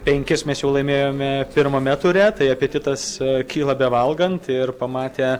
penkis mes jau laimėjome pirmame ture tai apetitas kyla bevalgant ir pamatę